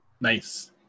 Nice